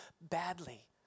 badly